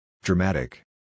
Dramatic